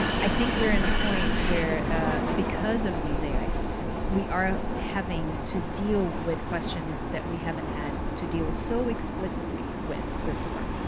i think we're in if a point where because of these ai systems, we are having to deal with questions that we haven't had to deal with so explicitly with before,